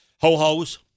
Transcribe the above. Ho-hos